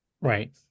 Right